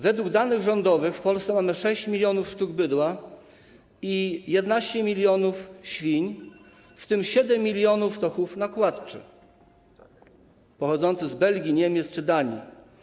Według danych rządowych w Polsce mamy 6 mln sztuk bydła i 11 mln świń, w tym 7 mln to chów nakładczy pochodzący z Belgii, Niemiec czy Danii.